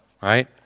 right